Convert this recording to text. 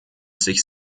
sich